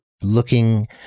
looking